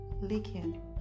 licking